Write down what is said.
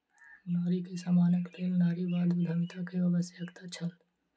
नारी के सम्मानक लेल नारीवादी उद्यमिता के आवश्यकता छल